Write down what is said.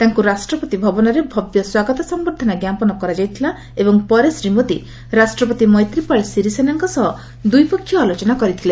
ତାଙ୍କୁ ରାଷ୍ଟ୍ରପତି ଭବନରେ ଭବ୍ୟ ସ୍ୱାଗତ ସମ୍ଭର୍ଦ୍ଧନା ଜ୍ଞାପନ କରାଯାଇଥିଲା ଏବଂ ପରେ ଶ୍ରୀ ମୋଦି ରାଷ୍ଟ୍ରପତି ମୈତ୍ରୀପାଳ ସିରିସେନାଙ୍କ ସହ ଦ୍ୱିପକ୍ଷୀୟ ଆଲୋଚନା କରିଥିଲେ